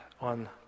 on